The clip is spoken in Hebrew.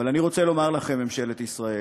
אבל אני רוצה לומר לכם, ממשלת ישראל,